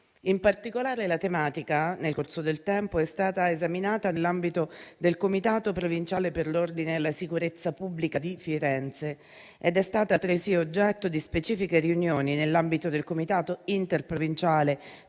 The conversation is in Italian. In particolare, la tematica nel corso del tempo è stata esaminata nell'ambito del Comitato provinciale per l'ordine e la sicurezza pubblica di Firenze ed è stata altresì oggetto di specifiche riunioni nell'ambito del Comitato interprovinciale